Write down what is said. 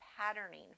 patterning